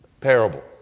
parable